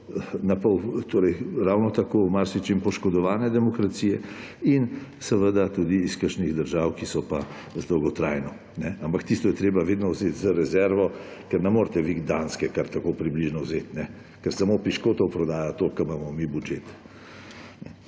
ravno tako v marsičem poškodovane demokracije, in seveda tudi iz kakšnih držav, ki so pa dolgotrajno, ampak tisto je treba vedno vzeti za rezervo, ker ne morete vi Danske kar tako približno vzeti, ker samo piškotov prodajo toliko, kot imamo mi budžeta.